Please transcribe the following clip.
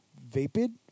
Vapid